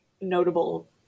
notable